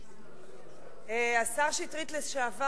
השר לשעבר שטרית,